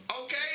okay